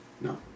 No